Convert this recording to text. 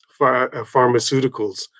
pharmaceuticals